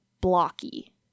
blocky